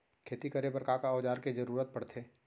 खेती करे बर का का औज़ार के जरूरत पढ़थे?